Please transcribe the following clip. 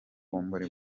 bombori